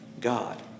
God